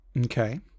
Okay